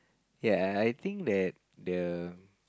ya I think that the